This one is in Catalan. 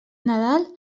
nadal